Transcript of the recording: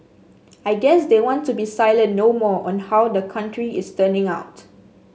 I guess they want to be silent no more on how the country is turning out